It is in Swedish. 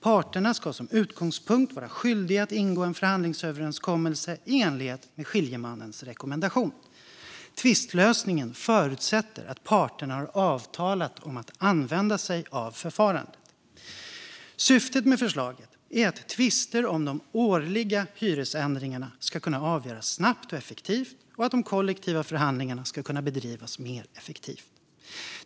Parterna ska som utgångspunkt vara skyldiga att ingå en förhandlingsöverenskommelse i enlighet med skiljemannens rekommendation. Tvistlösningen förutsätter att parterna har avtalat om att använda sig av förfarandet. Syftet med förslaget är att tvister om de årliga hyresändringarna ska kunna avgöras snabbt och effektivt och att de kollektiva förhandlingarna ska kunna bedrivas mer effektivt.